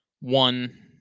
one